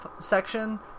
section